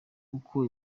uko